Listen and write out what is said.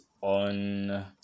on